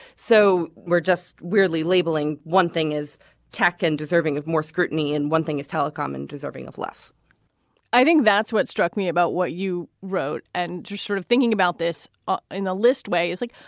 so we're just weirdly labeling. one thing is tech and deserving of more scrutiny and one thing is telecom and deserving of less i think that's what struck me about what you wrote. and just sort of thinking about this in a list way is like,